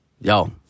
Yo